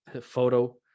photo